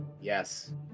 Yes